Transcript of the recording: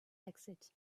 exit